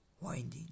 winding